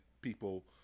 people